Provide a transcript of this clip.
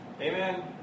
Amen